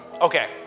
Okay